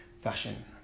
fashion